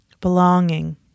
belonging